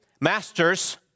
masters